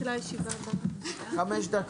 הישיבה ננעלה בשעה 12:50.